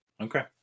Okay